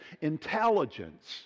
intelligence